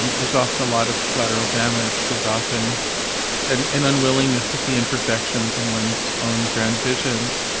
um there's often a lot of collateral damage there's often an an unwillingness to see imperfections in one's own grand visions.